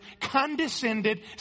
condescended